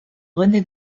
rené